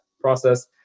process